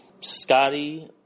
Scotty